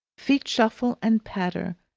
feet shuffle and patter,